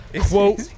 Quote